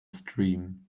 stream